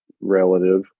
relative